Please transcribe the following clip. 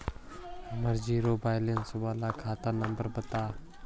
हमर zero balance बाला खाता नम्बर बत?